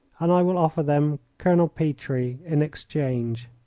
and i will offer them colonel petrie in exchange.